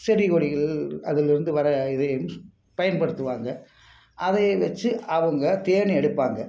செடி கொடிகள் அதில் இருந்து வர இதையும் பயன்படுத்துவாங்க அதையே வெச்சு அவங்க தேன் எடுப்பாங்க